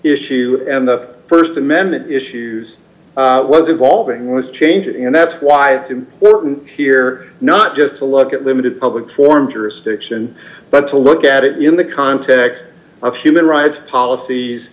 issue and the st amendment issues was involving this change and that's why it's important here not just to look at limited public forum jurisdiction but to look at it in the context of human rights policies